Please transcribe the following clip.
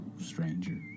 stranger